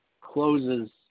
closes